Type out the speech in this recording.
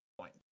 point